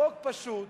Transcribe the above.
חוק פשוט